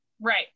Right